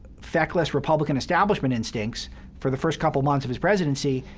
feckless republican establishment instincts for the first couple months of his presidency,